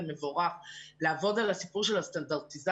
זה מבורך - לעבוד על הסיפור של הסטנדרטיזציה,